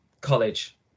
college